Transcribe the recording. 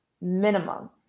minimum